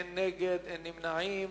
אין מתנגדים ואין נמנעים.